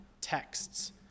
texts